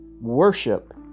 worship